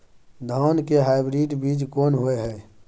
धान के हाइब्रिड बीज कोन होय है?